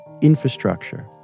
infrastructure